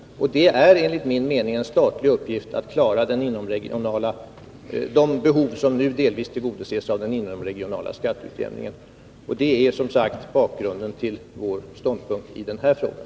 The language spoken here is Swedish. Enligt min mening är det en uppgift för staten att klara de behov som nu delvis tillgodoses genom den inomregionala skatteutjämningen. Det är som sagt bakgrunden till vårt ståndpunktstagande i den här frågan.